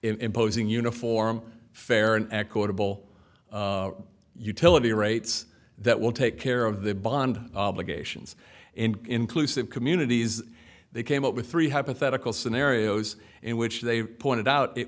imposing uniform fair and equitable utility rates that will take care of the bond obligations in inclusive communities they came up with three hypothetical scenarios in which they pointed out it